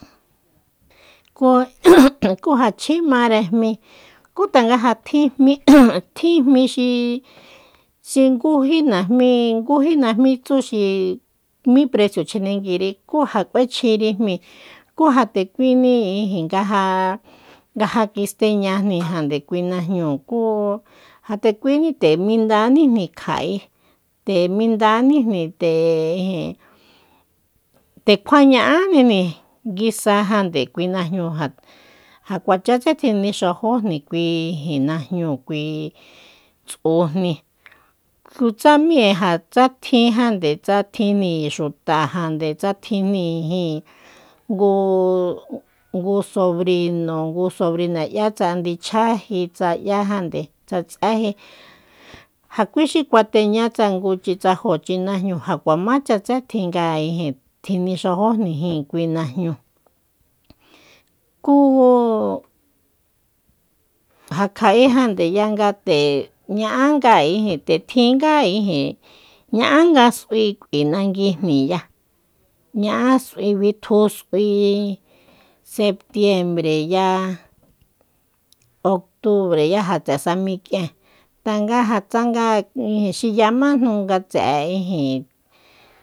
Kú ja chji mare jmíi kú ja tjin jmi tjin jmí xi ngúji- ngúji najmi tsú xi mí precio chjinenguíri kú ja k'uechjiri jmíi ku ja tekuíni ijin nga ja nga ja kisteñaajnijande kui najñúu kú ja ndekui nde minandíjni kja'e nde mindaníjni nde kjuaña'ánijni nguisa kui najñúu ja- ja kuachátse tjinixajójni kui ijin najñúu kui tsújni kutsamíi ja tsa tjin jande tsa tjini xutajande tsa tjinjnijíi ngu- ngu sobrino ngu sobrina 'ya tsa ndichji tsa 'yájande tsa tséji ja kuí xi kuateñá tsa ngúchi tsa jóchi najnu ja kuamacha tse tjin ga nixajójni jin kui najñúu kúú ja kja'ejandeya nga nde ña'anga ijin nde tjinga ijin ña'anga s'uí k'ui nanguijniya ña'á s'sui bitju s'ui septiembre ya octubre ya ja tse'e samik'ien tanga ja tsanga ijin xiyamájnu nga tse'e ijin